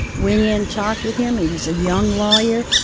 went in, talked with him he was a young lawyer.